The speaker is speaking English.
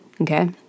okay